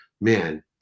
man